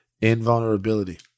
Invulnerability